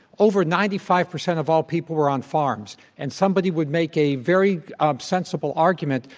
over ninety five percent of all people were on farms. and somebody would make a very ah sensible argu ment,